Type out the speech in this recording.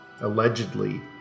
Allegedly